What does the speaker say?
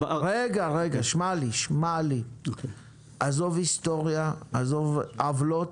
שמע לי, שמע לי, עזוב היסטוריה, עזוב עוולות,